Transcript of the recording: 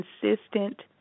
consistent